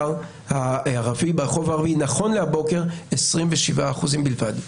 ברחוב הערבי נכון להיום 27% בלבד.